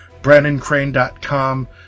brandoncrane.com